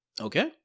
Okay